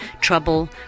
trouble